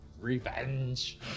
Revenge